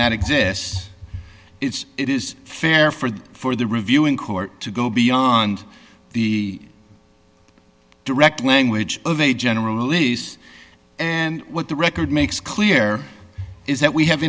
that exists it's it is fair for for the reviewing court to go beyond the direct language of a general release and what the record makes clear is that we have